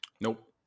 nope